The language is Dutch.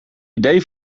idee